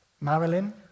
Marilyn